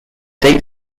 dates